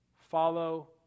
follow